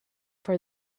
for